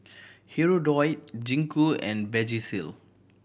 Hirudoid Gingko and Vagisil